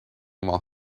while